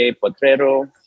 Potrero